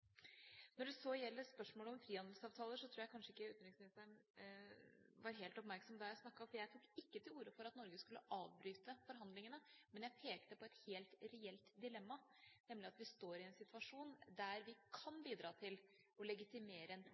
Når det så gjelder spørsmålet om frihandelsavtaler, tror jeg kanskje ikke utenriksministeren var helt oppmerksom da jeg snakket. Jeg tok ikke til orde for at Norge skulle avbryte forhandlingene, men jeg pekte på et helt reelt dilemma, nemlig at vi står i en situasjon der vi kan bidra til å legitimere en